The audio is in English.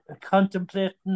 contemplating